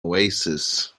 oasis